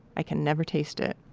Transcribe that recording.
i can never taste it.